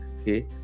Okay